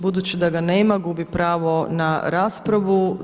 Budući da ga nema, gubi pravo na raspravu.